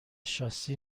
شاسی